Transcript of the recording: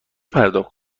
پرداخت